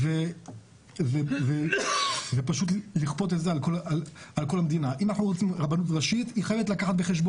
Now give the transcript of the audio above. אני ממשיך לעשות, להתנדב לשירות